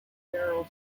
general